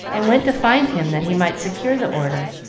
and went to find him, that he might secure the order.